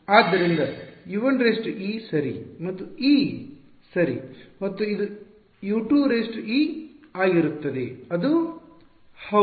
ಆದ್ದರಿಂದ ಇದು U 1e ಸರಿ ಮತ್ತು e ಸರಿ ಮತ್ತು ಇದುU 2e ಆಗಿರುತ್ತದೆ ಅದು ಹೌದು